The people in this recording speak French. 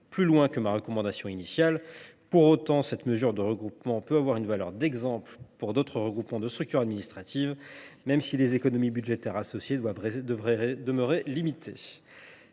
plus loin que ma recommandation initiale. Cette mesure de regroupement peut avoir une valeur d’exemple pour d’autres regroupements de structures administratives, même si les économies budgétaires associées devraient être limitées.